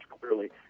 clearly